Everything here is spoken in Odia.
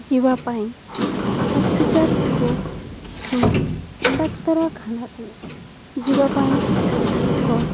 ଯିବା ପାଇଁ ହସ୍ପିଟାଲକୁ କିମ୍ବା ଡାକ୍ତରଖାନାକୁ ଯିବା ପାଇଁ ଲୋକ